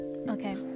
Okay